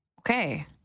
Okay